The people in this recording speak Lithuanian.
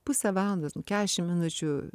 pusę valandos kediašim minučių